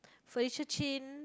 Felicia-Chin